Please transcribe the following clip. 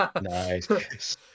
Nice